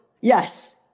yes